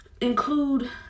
include